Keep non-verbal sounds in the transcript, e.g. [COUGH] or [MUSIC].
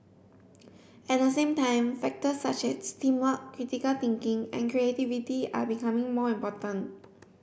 [NOISE] at the same time factors such as teamwork critical thinking and creativity are becoming more important